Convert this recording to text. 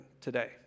today